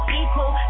equal